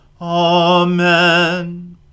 Amen